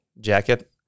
jacket